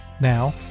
Now